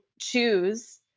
choose